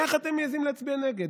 איך אתם מעיזים להצביע נגד?